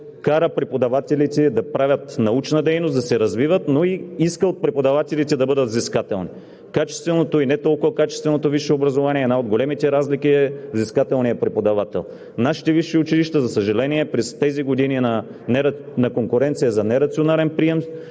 кара преподавателите да правят научна дейност, да се развиват, но и иска от преподавателите да бъдат взискателни. Качественото и не толкова качественото висше образование – една от големите разлики, е взискателният преподавател. Нашите висши училища, за съжаление, през тези години на конкуренция за нерационален прием